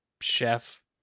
chef